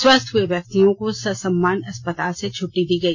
स्वस्थ हए व्यक्तियों को ससम्मान अस्पताल से छट्टी दी गई